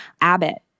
Abbott